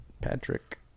Patrick